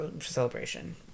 celebration